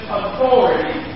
authority